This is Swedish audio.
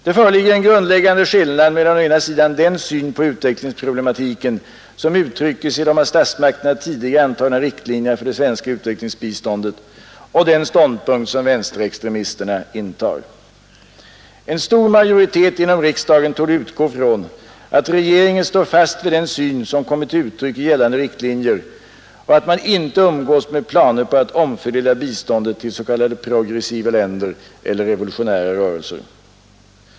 Det föreligger en grundläggande skillnad mellan å ena sidan den syn på utvecklingsproblematiken som uttryckes i de av statsmakterna tidigare antagna riktlinjerna för det svenska utvecklingsbiståndet och den ståndpunkt som vänsterextremisterna intar. En stor majoritet inom riksdagen torde utgå ifrån att regeringen står fast vid den syn som kommit till uttryck i gällande riktlinjer och att man inte umgås med planer på att omfördela biståndet till s.k. progressiva länder eller revolutionära rörelser.